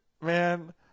man